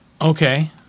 Okay